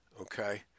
okay